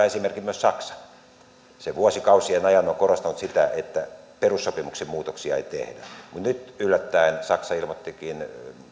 esimerkin myös saksa se on vuosikausien ajan korostanut sitä että perussopimuksen muutoksia ei tehdä mutta nyt yllättäen saksa ilmoittikin